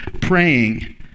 praying